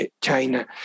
China